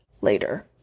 later